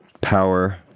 power